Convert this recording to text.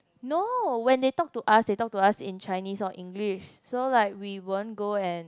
no when they talk to us they talk to us in Chinese or English so like we won't go and